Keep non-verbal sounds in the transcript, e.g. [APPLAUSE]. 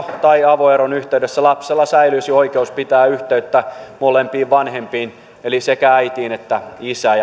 [UNINTELLIGIBLE] tai avoeron yhteydessä lapsella säilyisi oikeus pitää yhteyttä molempiin vanhempiin eli sekä äitiin että isään [UNINTELLIGIBLE]